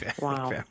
Wow